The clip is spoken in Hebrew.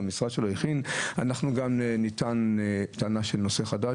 אנחנו גם נטען טענה של נושא חדש,